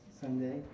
Sunday